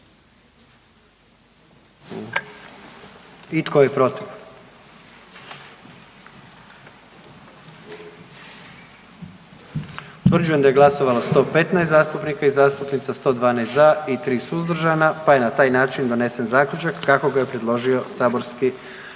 I tko je protiv? Utvrđujem da je glasovalo 111 zastupnika i zastupnica, 78 za, 33 suzdržana i na taj način je donesen zaključak kako ga je predložilo matično radno